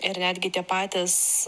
ir netgi tie patys